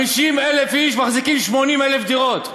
50,000 איש מחזיקים 80,000 דירות להשקעה,